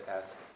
ask